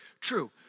True